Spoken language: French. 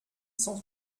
cent